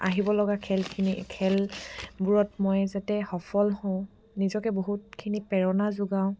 আহিব লগা খেলখিনি খেলবোৰত মই যাতে সফল হওঁ নিজকে বহুতখিনি প্ৰেৰণা যোগাওঁ